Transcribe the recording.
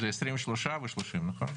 זה 23 ו-30, נכון?